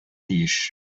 тиеш